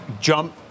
jump